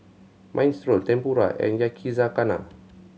Minestrone Tempura and Yakizakana